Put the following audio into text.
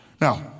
Now